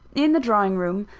in the drawing-room,